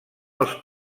els